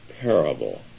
parable